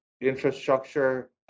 infrastructure